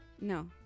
no